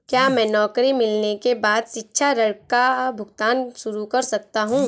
क्या मैं नौकरी मिलने के बाद शिक्षा ऋण का भुगतान शुरू कर सकता हूँ?